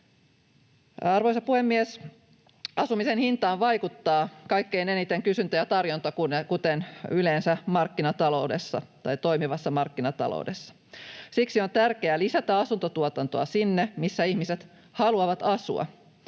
Arvoisa puhemies! Asumisen hintaan vaikuttaa kaikkein eniten kysyntä ja tarjonta, kuten yleensä toimivassa markkinataloudessa. Siksi on tärkeää lisätä asuntotuotantoa sinne, missä ihmiset haluavat asua.